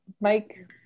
Mike